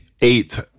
eight